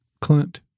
Clint